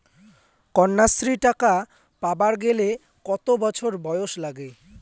কন্যাশ্রী টাকা পাবার গেলে কতো বছর বয়স লাগে?